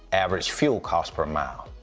average fuel cost per mile.